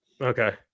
okay